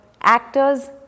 actors